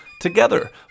Together